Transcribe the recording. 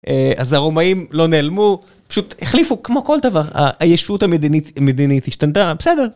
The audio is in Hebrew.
אז הרומאים לא נעלמו, פשוט החליפו כמו כל דבר, הישות המדינית השתנתה, בסדר?